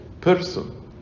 person